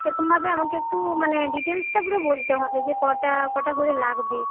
সেরকমভাবে আমাকে একটু মানে ডিটেইলসটা পুরো বলতে হবে যে কটা কটা করে লাগবে